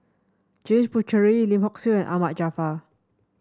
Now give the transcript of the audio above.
James Puthucheary Lim Hock Siew and Ahmad Jaafar